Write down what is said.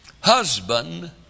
Husband